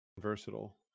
versatile